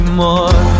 more